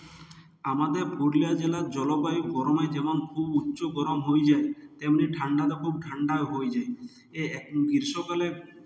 আমাদের পুরুলিয়া জেলার জলবায়ু গরমে যেমন খুব উচ্চ গরম হয়ে যায় তেমনি ঠান্ডাতে খুব ঠান্ডা হয়ে যায় এ এক গ্রীষ্মকালে